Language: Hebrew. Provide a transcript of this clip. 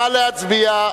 נא להצביע.